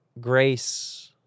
grace